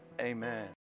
amen